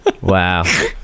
Wow